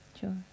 Sure